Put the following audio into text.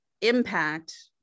impact